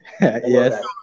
Yes